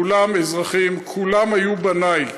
כולם אזרחים, כולם היו בניי,